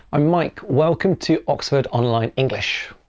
i'm mike. welcome to oxford online english.